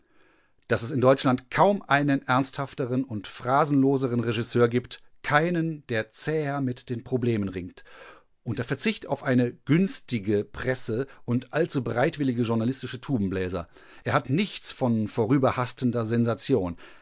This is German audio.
daß es in deutschland kaum einen ernsthaftern und phrasenloseren regisseur gibt keinen der zäher mit den problemen ringt unter verzicht auf eine günstige presse und allzu bereitwillige journalistische tubenbläser er hat nichts von vorüberhastender sensation